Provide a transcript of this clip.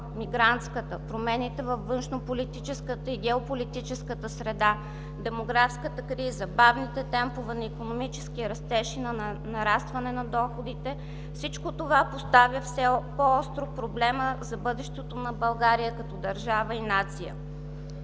мигрантската, промените във външнополитическата и геополитическата среда, демографската криза, бавните темпове на икономически растеж и нарастване на доходите – всичко това поставя все по-остро проблема за бъдещето на България като държава и нация.